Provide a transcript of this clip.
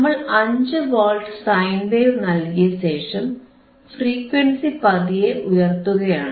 നമ്മൾ 5 volt sine wave നൽകിയശേഷം frequency പതിയെ ഉയർത്തുകയാണ്